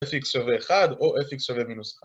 fx שווה 1 או fx שווה מינוס 1